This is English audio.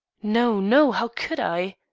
no, no how could i?